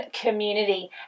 community